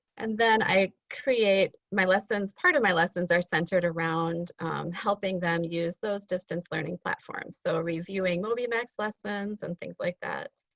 and then i create my lessons, part of my lessons are centered around helping them use those distance learning platforms. so reviewing mobymax lessons and things like that.